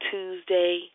Tuesday